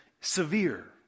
severe